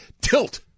tilt